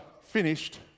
finished